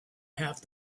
have